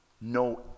no